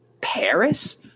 Paris